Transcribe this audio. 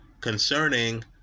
concerning